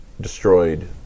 destroyed